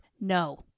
no